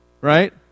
right